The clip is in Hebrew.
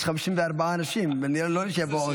יש 54 אנשים, לא נשב פה עוד.